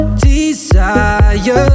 desire